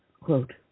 Quote